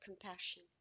compassion